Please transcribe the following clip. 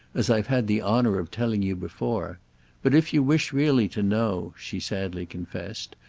as i've had the honour of telling you before but, if you wish really to know, she sadly confessed,